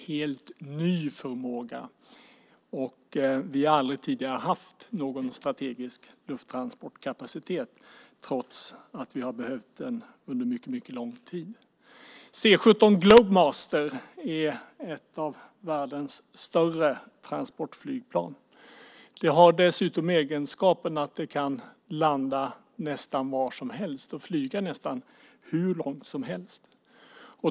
Vi har aldrig tidigare haft någon strategisk lufttransportkapacitet trots att vi har behövt den under mycket lång tid. C 17 Globemaster är ett av världens större transportflygplan. Det har dessutom egenskapen att det kan landa nästan var som helst och flyga nästan hur långt som helst.